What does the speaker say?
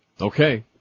Okay